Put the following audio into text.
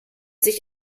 sich